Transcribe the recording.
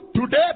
today